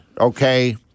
okay